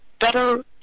better